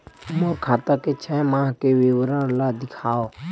मोर खाता के छः माह के विवरण ल दिखाव?